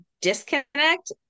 disconnect